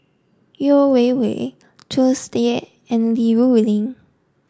Yeo Wei Wei Tsung Yeh and Li Rulin